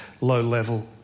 low-level